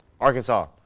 Arkansas